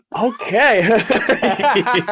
Okay